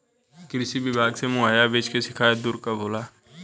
कृषि विभाग से मुहैया बीज के शिकायत दुर कब होला?